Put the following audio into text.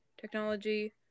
technology